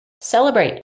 Celebrate